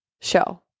show